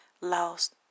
Lost